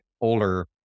older